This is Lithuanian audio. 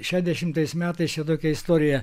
šešiasdešimtais metais čia tokia istorija